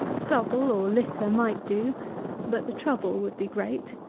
stubble or litter might do but the trouble would be great.